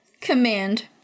command